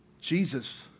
Jesus